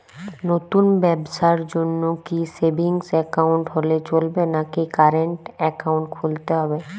নতুন ব্যবসার জন্যে কি সেভিংস একাউন্ট হলে চলবে নাকি কারেন্ট একাউন্ট খুলতে হবে?